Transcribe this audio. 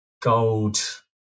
Gold